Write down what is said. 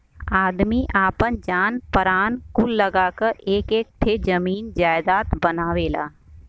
आदमी आपन जान परान कुल लगा क एक एक ठे जमीन जायजात बनावेला